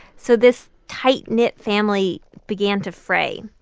so this tight-knit family began to fray.